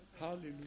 Hallelujah